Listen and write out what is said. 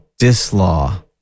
dislaw